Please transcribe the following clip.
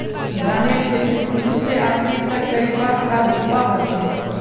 धानेर खेतीत शुरू से आखरी तक कई बार खाद दुबा होचए?